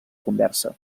conversa